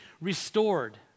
restored